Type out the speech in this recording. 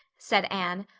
said anne.